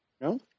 No